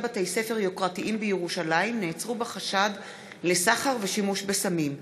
בתי-ספר יוקרתיים בירושלים נעצרו בחשד לסחר ושימוש בסמים.